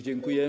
Dziękuję.